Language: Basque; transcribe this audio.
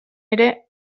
ere